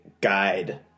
guide